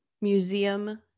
museum